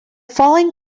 following